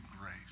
grace